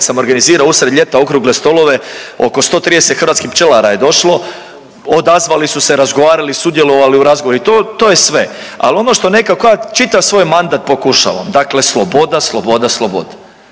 sam organizirano usred ljeta okrugle stolare oko 130 hrvatskih pčelara je došlo, odazvali su se, razgovarali, sudjelovali u razgovoru i to, to je sve. Ali ono što nekako kao čitav svoj mandat pokušavam, dakle sloboda, sloboda, sloboda.